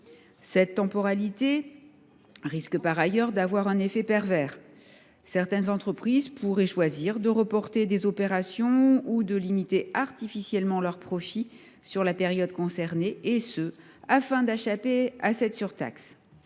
Cette temporalité risque d’avoir un effet pervers : certaines entreprises pourraient choisir de reporter des opérations ou de limiter artificiellement leurs profits sur la période concernée, afin d’échapper à la taxe.